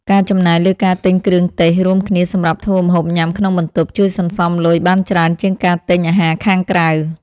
ការចំណាយលើការទិញគ្រឿងទេសរួមគ្នាសម្រាប់ធ្វើម្ហូបញ៉ាំក្នុងបន្ទប់ជួយសន្សំលុយបានច្រើនជាងការទិញអាហារខាងក្រៅ។